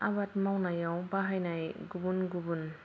आबाद मावनायाव बाहायनाय गुबुन गुबुन